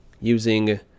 using